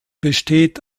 besteht